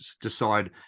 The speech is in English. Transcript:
decide